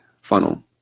funnel